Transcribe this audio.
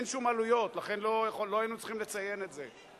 אין שום עלויות, לכן לא היינו צריכים לציין את זה.